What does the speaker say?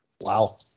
Wow